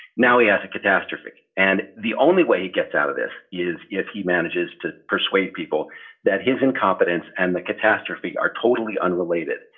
now he has a catastrophe. and the only way he gets out of this is if he manages to persuade people that his incompetence and the catastrophe are totally unrelated.